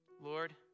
Lord